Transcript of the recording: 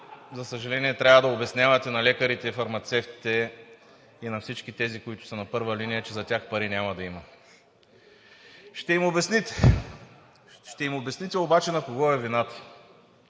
за съжаление, трябва да обяснявате на лекарите, фармацевтите и на всички тези, които са на първа линия, че за тях пари няма да има. Ще им обясните, ще им обясните обаче на кого е вината.